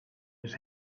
his